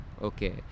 okay